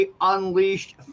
unleashed